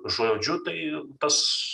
žodžiu tai tas